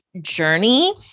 journey